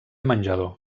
menjador